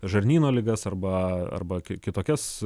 žarnyno ligas arba arba kiek kitokias